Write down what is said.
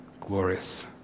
glorious